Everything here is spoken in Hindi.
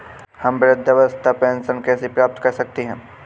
हम वृद्धावस्था पेंशन कैसे प्राप्त कर सकते हैं?